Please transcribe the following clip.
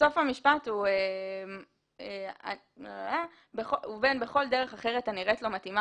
סוף המשפט הוא "ובין בכל דרך אחרת הנראית לו מתאימה